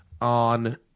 on